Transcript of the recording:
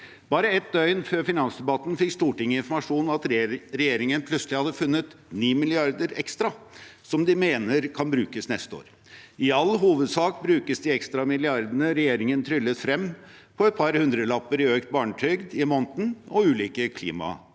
Bare ett døgn før finansdebatten fikk Stortinget informasjon om at regjeringen plutselig hadde funnet 9 mrd. kr ekstra, som de mener kan brukes neste år. I all hovedsak brukes de ekstra milliardene regjeringen tryllet frem, på et par hundrelapper i økt barnetrygd i måneden og ulike klimatiltak.